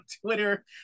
twitter